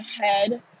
head